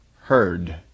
heard